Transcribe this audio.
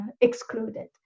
excluded